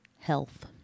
health